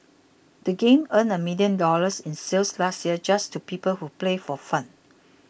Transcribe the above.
the game earned a million dollars in sales last year just to people who play for fun